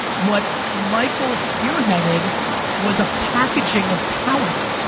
what michael spearheaded was a packaging of talent,